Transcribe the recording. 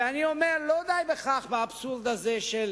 ואני אומר שלא די בכך, באבסורד הזה של